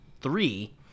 three